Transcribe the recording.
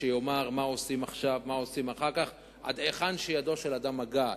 שיאמר מה עושים עכשיו ומה עושים אחר כך עד היכן שידו של אדם מגעת.